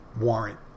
warrant